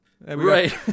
Right